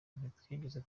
ntitwigeze